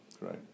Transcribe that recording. Right